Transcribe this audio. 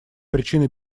причины